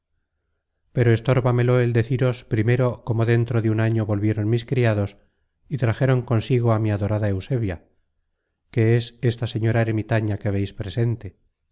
del sabroso silencio pero estórbamelo el deciros primero cómo dentro de un año volvieron mis criados y trajeron consigo á mi adorada eusebia que es esta señora ermitaña que veis presente